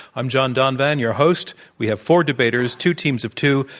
i'm john donvan, your host. we have four debaters, two teams of two,